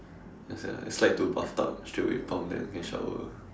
ya sia slide to bathtub straight away pump then can shower